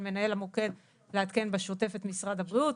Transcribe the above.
מנהל המוקד לעדכן בשוטף את משרד הבריאות,